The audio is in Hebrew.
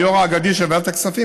היו"ר האגדי של ועדת הכספים,